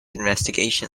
investigation